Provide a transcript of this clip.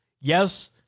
yes